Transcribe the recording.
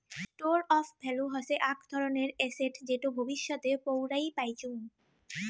store of value হসে আক ধরণের এসেট যেটো ভবিষ্যতে পৌরাই পাইচুঙ